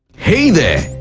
hey there!